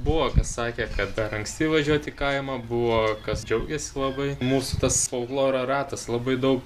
buvo sakė kad dar anksti važiuot į kaimą buvo kas džiaugės labai mūsų tas folkloro ratas labai daug